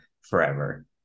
forever